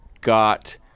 got